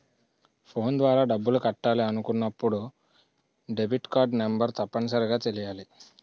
phone ద్వారా డబ్బులు కట్టాలి అనుకున్నప్పుడు డెబిట్కార్డ్ నెంబర్ తప్పనిసరిగా తెలియాలి